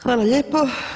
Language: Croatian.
Hvala lijepa.